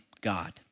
God